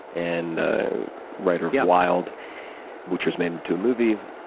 and writer of yeah wild which was made into a movie,